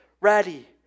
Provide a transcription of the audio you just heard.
ready